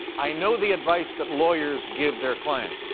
i know the advice that lawyers give their clients,